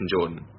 Jordan